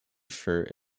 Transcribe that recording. shirt